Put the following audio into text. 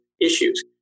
issues